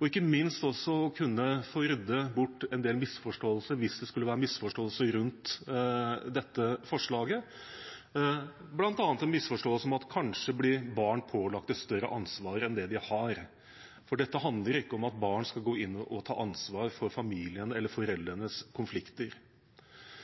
og ikke minst også for å kunne rydde bort en del misforståelser, hvis det skulle være slike, rundt dette forslaget, f.eks. en misforståelse om at barn kanskje blir pålagt et større ansvar enn de har. Dette handler ikke om at barn skal gå inn og ta ansvar for familiens eller foreldrenes konflikter.